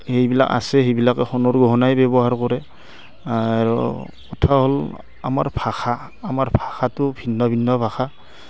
সেইবিলাক আছে সেইবিলাকে সোণৰ গহণাই ব্যৱহাৰ কৰে আৰু কথা হ'ল আমাৰ ভাষা আমাৰ ভাষাটো ভিন্ন ভিন্ন ভাষা